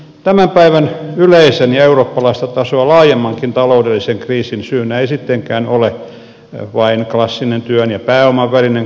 tämän päivän yleisen ja eurooppalaista tasoa laajemmankin taloudellisen kriisin syynä ei sittenkään ole vain klassinen työn ja pääoman välinen ristiriita